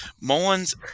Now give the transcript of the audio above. Mullins